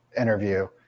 interview